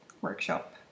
workshop